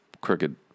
crooked